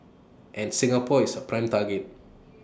and Singapore is A prime target